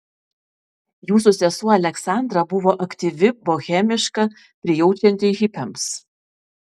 jūsų sesuo aleksandra buvo aktyvi bohemiška prijaučianti hipiams